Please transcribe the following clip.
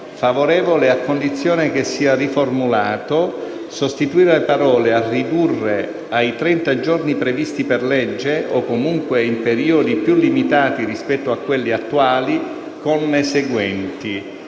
favorevole a condizione che vengano sostituite le parole: «a ridurre ai 30 giorni previsti per legge, o comunque in periodi più limitati rispetto a quelli attuali» con le seguenti: